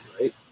right